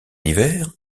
hiver